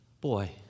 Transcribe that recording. Boy